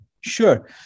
Sure